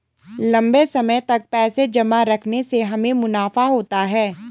लंबे समय तक पैसे जमा रखने से हमें मुनाफा होता है